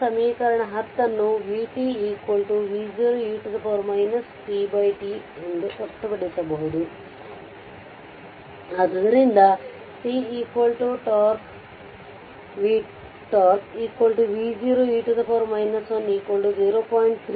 ಸಮೀಕರಣ 10 ಅನ್ನು vt v0 e tT ವ್ಯಕ್ತಪಡಿಸಬಹುದು ಆದ್ದರಿಂದ t τ vτ v0 e 1 0